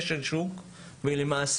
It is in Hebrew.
רק ראש רשות שמבין וגם יש לו תקציב מה לעשות,